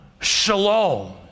shalom